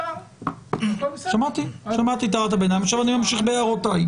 שמעתי אותה ועכשיו אני ממשיך בהערותיי.